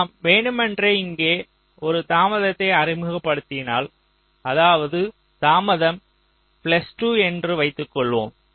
நாம் வேண்டுமென்றே இங்கே ஒரு தாமதத்தை அறிமுகப்படுத்தினால் அதாவது தாமதம் பிளஸ் 2 என்று வைத்துக்கொள்வோம்